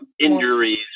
injuries